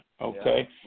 Okay